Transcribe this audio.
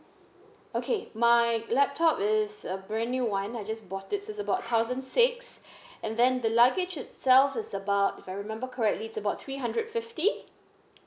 okay my laptop is a brand new one I just bought this is about thousand six and then the luggage itself is about if I remember correctly it's about three hundred fifty